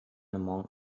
among